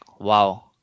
wow